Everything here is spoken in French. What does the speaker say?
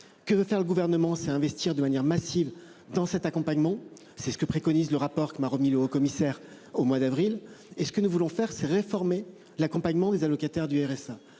que faire le gouvernement c'est investir de manière massive dans cet accompagnement. C'est ce que préconise le rapport que m'a remis le haut-commissaire au mois d'avril et ce que nous voulons faire, c'est réformer l'accompagnement des allocataires du RSA